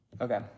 Okay